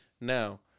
Now